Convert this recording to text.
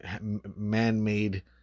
man-made